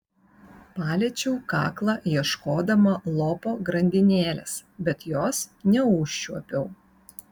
paliečiau kaklą ieškodama lopo grandinėlės bet jos neužčiuopiau